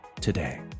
today